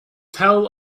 tell